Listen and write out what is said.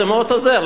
זה מאוד עוזר,